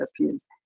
appears